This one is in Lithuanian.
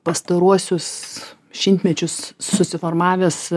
pastaruosius šimtmečius susiformavęs